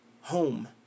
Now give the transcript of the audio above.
Home